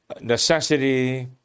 necessity